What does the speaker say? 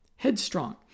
Headstrong